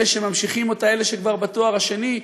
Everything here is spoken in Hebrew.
אלה שממשיכים אותה, אלה שכבר בתואר שני,